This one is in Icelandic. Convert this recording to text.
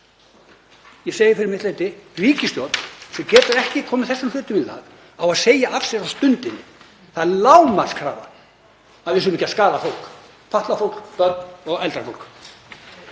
Ég segi fyrir mitt leyti: Ríkisstjórn sem getur ekki komið þessum hlutum í lag á að segja af sér á stundinni. Það er lágmarkskrafa að við séum ekki að skaða fólk, fatlað fólk, börn og eldra fólk.